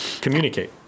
communicate